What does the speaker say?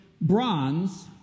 bronze